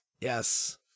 yes